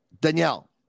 Danielle